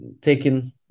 taking